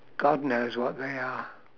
god knows what they are